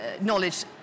Knowledge